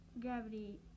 gravity